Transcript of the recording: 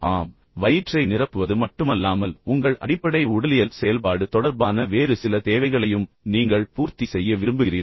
ஆமாம் வயிற்றை நிரப்புவது மட்டுமல்லாமல் உங்கள் அடிப்படை உடலியல் செயல்பாடு தொடர்பான வேறு சில தேவைகளையும் நீங்கள் பூர்த்தி செய்ய விரும்புகிறீர்கள்